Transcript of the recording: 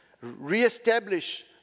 Reestablish